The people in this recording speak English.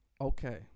Okay